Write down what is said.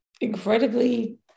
incredibly